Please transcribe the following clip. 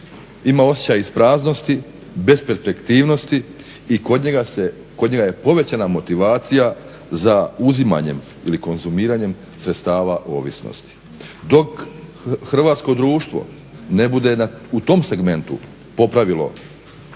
ima osjećaj ispraznosti, besperspektivnosti i kod njega je povećana motivacija za uzimanjem ili konzumiranjem sredstava ovisnosti. Dok hrvatsko društvo ne bude u tom segmentu popravilo